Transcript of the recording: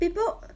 paper